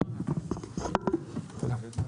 הישיבה ננעלה בשעה 13:34.